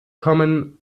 kommen